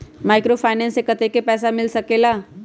Microfinance से कतेक पैसा मिल सकले ला?